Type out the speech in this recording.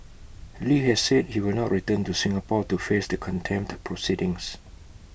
li has said he will not return to Singapore to face the contempt proceedings